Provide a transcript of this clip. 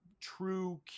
true